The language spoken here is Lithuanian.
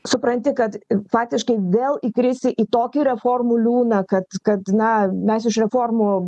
supranti kad faktiškai vėl įkrisi į tokį reformų liūną kad kad na mes iš reformų